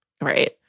Right